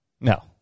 No